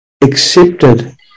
accepted